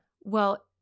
Well-